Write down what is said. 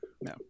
No